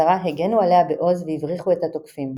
מעשרה הגנו עליה בעוז והבריחו את התוקפים.